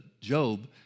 Job